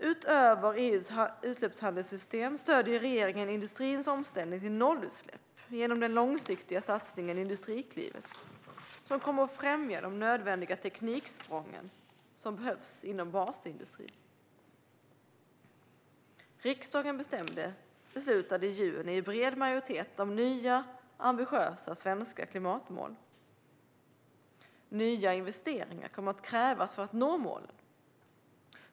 Utöver EU:s utsläppshandelssystem stöder regeringen industrins omställning till nollutsläpp genom den långsiktiga satsningen Industriklivet som kommer att främja de nödvändiga tekniksprång som behövs inom basindustrin. Riksdagen beslutade i juni i bred majoritet om nya ambitiösa svenska klimatmål. Nya investeringar kommer att krävas för att nå målen.